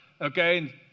okay